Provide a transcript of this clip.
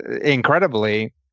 incredibly